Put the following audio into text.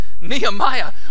Nehemiah